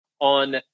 on